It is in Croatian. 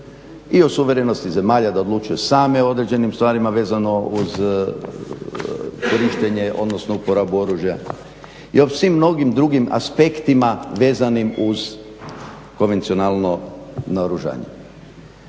i o suverenosti zemalja da odlučuje sama o određenim stvarima vezano uz korištenje odnosno uporabu oružja i o svim mnogim drugim aspektima vezanim uz konvencionalno naoružanje.